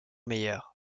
meilleur